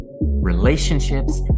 relationships